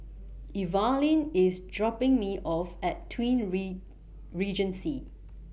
Evalyn IS dropping Me off At Twin re Regency